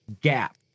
gap